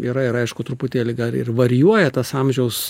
yra ir aišku truputėlį ir varijuoja tas amžiaus